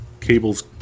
cables